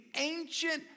ancient